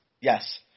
yes